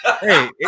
Hey